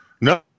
No